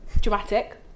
dramatic